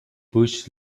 bush